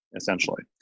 essentially